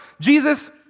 Jesus